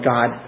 God